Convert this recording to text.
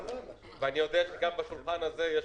אבל אמרתם שזה ישתנה.